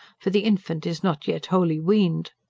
for the infant is not yet wholly weaned.